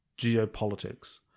geopolitics